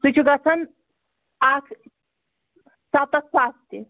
سُہ چھُ گژھان اَکھ سَتَتھ ساس تہِ